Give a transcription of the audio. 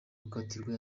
gukatirwa